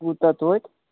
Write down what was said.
کوٗتاہ تویتہِ